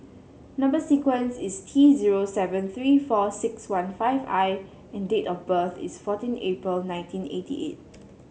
number sequence is T zero seven three four six one five I and date of birth is fourteen April nineteen eighty eight